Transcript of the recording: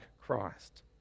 christ